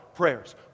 Prayers